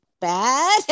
bad